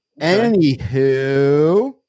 Anywho